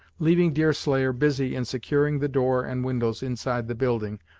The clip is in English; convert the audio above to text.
leaving deerslayer busy in securing the door and windows inside the building,